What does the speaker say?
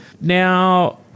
Now